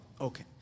Okay